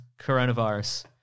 coronavirus